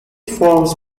forms